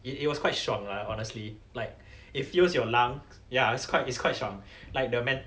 it it was quite 爽 lah honestly like it fills your lungs ya it's quite it's quite 爽 like the men~